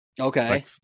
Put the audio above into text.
Okay